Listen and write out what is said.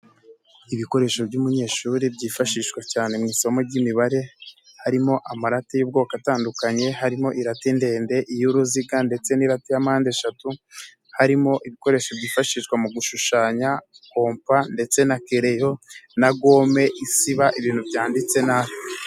Ibikoresho by'umunyeshuri byifashishwa cyane mu isomo ry'imibare harimo amarati y'ubwoko atandukanye, harimo irate ndende, iy'uruziga ndetse n'irate ya mpande eshatu, harimo ibikoresho byifashishwa mu gushushanya, kompa ndetse na kereyo na gome isiba ibintu byanditse nabi.